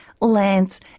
lands